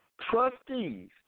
Trustees